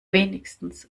wenigstens